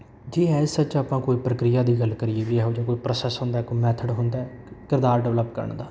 ਜੇ ਹੈ ਸੱਚ ਆਪਾਂ ਕੋਈ ਪ੍ਰਕਿਰਿਆ ਦੀ ਗੱਲ ਕਰੀਏ ਵੀ ਇਹੋ ਜਿਹਾ ਕੋਈ ਪ੍ਰੋਸੈਸ ਹੁੰਦਾ ਕੋਈ ਮੈਥਡ ਹੁੰਦਾ ਕਿਰਦਾਰ ਡਿਵੈਲਪ ਕਰਨ ਦਾ